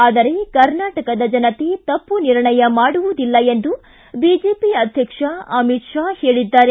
ಆದರೆ ಕರ್ನಾಟಕದ ಜನತೆ ತಪ್ಪು ನಿರ್ಣಯ ಮಾಡುವುದಿಲ್ಲ ಎಂದು ಬಿಜೆಪಿ ಅಧ್ಯಕ್ಷ ಅಮಿತ್ ಶಾ ಹೇಳಿದ್ದಾರೆ